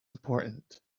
important